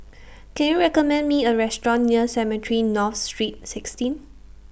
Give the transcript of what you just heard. Can YOU recommend Me A Restaurant near Cemetry North Street sixteen